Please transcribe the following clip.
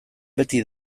beti